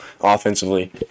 offensively